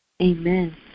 Amen